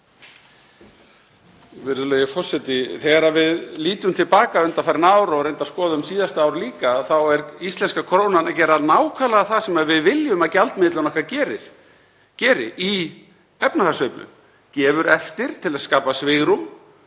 Þegar við lítum til baka til undanfarinna ára, og skoðum reyndar síðasta ár líka, þá er íslenska krónan að gera nákvæmlega það sem við viljum að gjaldmiðillinn okkar geri í efnahagssveiflu. Hún gefur eftir til að skapa svigrúm